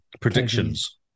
Predictions